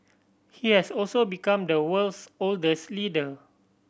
he has also become the world's oldest leader